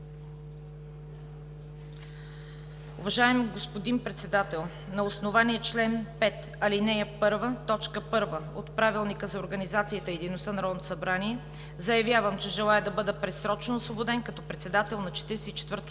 „Уважаеми господин Председател, на основание чл. 5, ал. 1, т. 1 от Правилника за организацията и дейността на Народното събрание заявявам, че желая да бъда предсрочно освободен като председател на